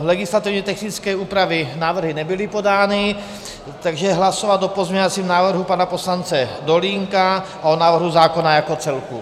Legislativně technické úpravy návrhy nebyly podány, takže hlasovat o pozměňovacím návrhu pana poslance Dolínka a o návrhu zákona jako celku.